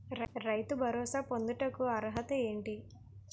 రైతు భరోసా పొందుటకు అర్హత ఏంటి?